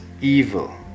evil